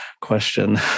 question